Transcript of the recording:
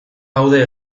gaude